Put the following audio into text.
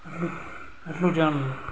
આટલું આટલું જાણું છું